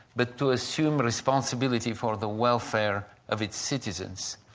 but to assume responsibility for the welfare of its citizens.